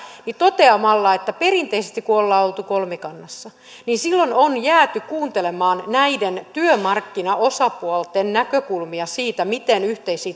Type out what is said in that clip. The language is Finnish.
toteamalla että perinteisesti kun ollaan oltu kolmikannassa niin silloin on jääty kuuntelemaan näiden työmarkkinaosapuolten näkökulmia siitä miten yhteisiin